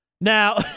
Now